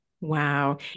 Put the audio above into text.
Wow